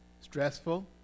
stressful